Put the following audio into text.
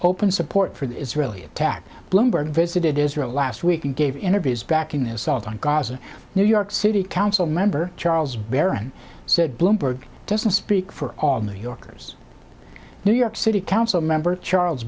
burke's open support for the israeli attack bloomberg visited israel last week and gave interviews backing the assault on gaza new york city council member charles barron said bloomberg doesn't speak for all new yorkers new york city council member charles